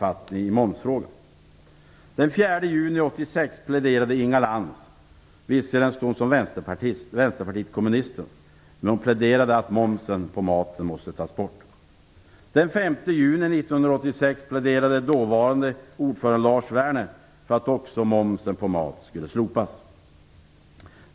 Den 4 juni 1986 pläderade Inga Lantz, visserligen då som representant för Vänsterpartiet kommunisterna, att momsen på maten måste tas bort. Den 5 juni 1986 pläderade också dåvarande ordföranden Lars Werner att momsen på mat skulle slopas.